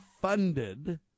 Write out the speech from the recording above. funded